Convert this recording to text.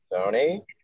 Tony